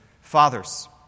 fathers